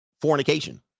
fornication